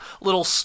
little